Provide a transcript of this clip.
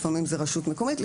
לפעמים זה רשות מקומית,